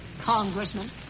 Congressman